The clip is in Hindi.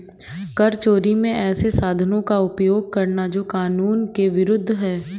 कर चोरी में ऐसे साधनों का उपयोग करना जो कानून के विरूद्ध है